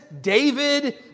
David